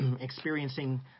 experiencing